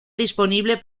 disponible